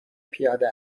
پیاده